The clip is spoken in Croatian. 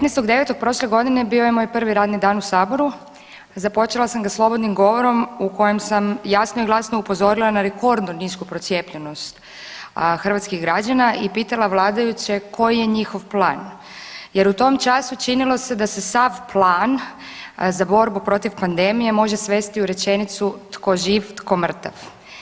15.9. prošle godine bio je moj prvi radni dan u saboru, a započela sam ga slobodnim govorom u kojem sam jasno i glasno upozorila na rekordno nisku procijepljenost hrvatskih građana i pitala vladajuće koji je njihov plan jer u tom času činilo se da se sav plan za borbu protiv pandemije može svesti u rečenicu „tko živ tko mrtav“